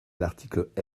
l’article